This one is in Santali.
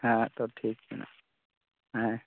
ᱦᱮᱸ ᱛᱳ ᱴᱷᱤᱠ ᱢᱮᱱᱟᱜᱼᱟ ᱦᱮᱸ